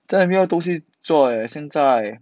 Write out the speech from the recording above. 现在也没有东西做 leh 现在